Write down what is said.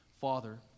father